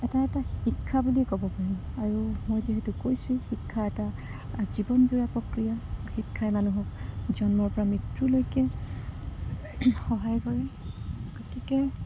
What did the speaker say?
এটা এটা শিক্ষা বুলিয়ে ক'ব পাৰি আৰু মই যিহেতু কৈছোঁ শিক্ষা এটা জীৱনযোৰা প্ৰক্ৰিয়া শিক্ষাই মানুহক জন্মৰপৰা মৃত্যুলৈকে সহায় কৰে গতিকে